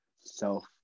self